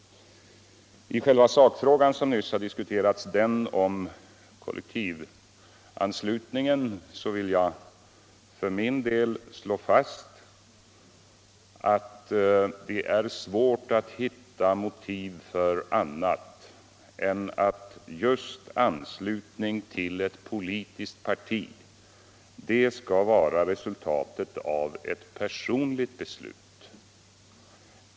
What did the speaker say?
I själva sakfrågan som nyss diskuterats, om kollektivanslutningen, vill jag för min del slå fast att det är omöjligt att hitta motiv för något annat än att anslutningen till ett politiskt parti skall vara resultatet av ett personligt beslut.